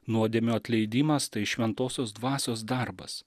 nuodėmių atleidimas tai šventosios dvasios darbas